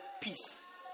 peace